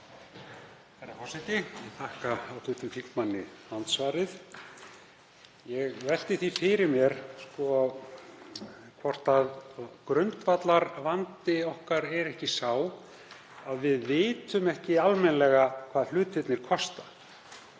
Herra forseti. Ég þakka hv. þingmanni andsvarið. Ég velti því fyrir mér hvort grundvallarvandi okkar sé ekki sá að við vitum ekki almennilega hvað hlutirnir kosta.